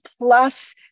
plus